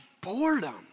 boredom